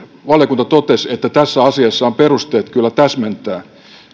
valiokunta totesi että tässä asiassa on perusteet kyllä täsmentää